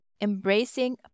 embracing